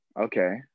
okay